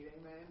amen